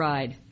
Ride